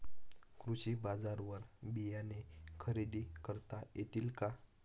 कृषी बाजारवर बियाणे खरेदी करता येतील का?